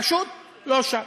פשוט לא שם.